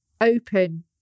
open